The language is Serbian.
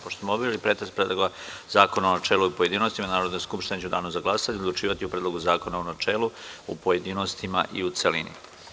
Pošto smo obavili pretres Predloga zakona u načelu i u pojedinostima, Narodna skupština će u danu za glasanje odlučivati o Predlogu zakona u načelu, pojedinostima i celini.